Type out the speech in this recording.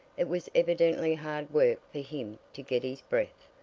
it was evidently hard work for him to get his breath,